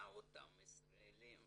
עשה אותם ישראליים.